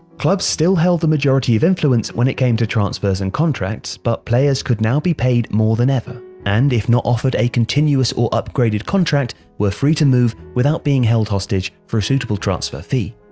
clubs still held the majority of influence when it came to transfers and contracts, but players could now be paid more than ever and, if not offered a continuous or upgraded contract, were free to move without being held hostage for a suitable transfer fee.